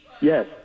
Yes